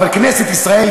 אבל כנסת ישראל,